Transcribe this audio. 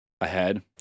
ahead